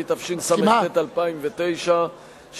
התשס"ט 2009,